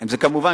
זה כמובן,